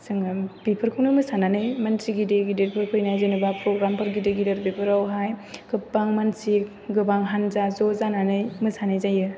जोङो बेफोरखौनो मोसानानै मानसि गिदिर गिदिरफोर फैनाय जेनेबा फ्रग्रामफोर गिदिर गिदिर बेफोरावहाय गोबां मानसि गोबां हानजा ज' जानानै मोसानाय जायो